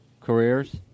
Careers